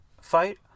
fight